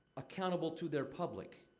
accountable to their public.